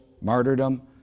martyrdom